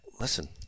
listen